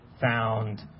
found